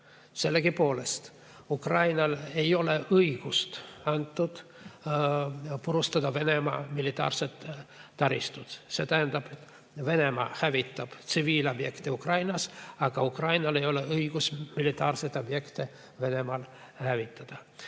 Sellegipoolest ei ole Ukrainale antud õigust purustada Venemaa militaarseid taristuid. See tähendab, et Venemaa hävitab tsiviilobjekte Ukrainas, aga Ukrainal ei ole õigust militaarseid objekte Venemaal hävitada.